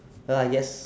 well I guess